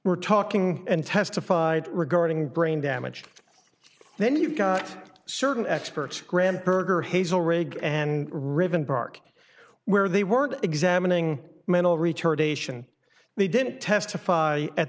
were talking and testified regarding brain damaged then you've got certain experts grand perjure hazel rig and rivenbark where they weren't examining mental retardation they didn't testify at